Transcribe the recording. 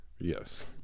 Yes